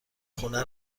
خونه